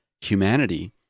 humanity